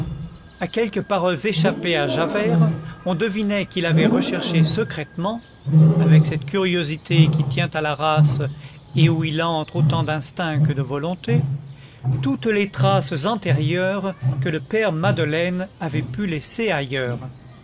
à quelques paroles échappées à javert on devinait qu'il avait recherché secrètement avec cette curiosité qui tient à la race et où il entre autant d'instinct que de volonté toutes les traces antérieures que le père madeleine avait pu laisser ailleurs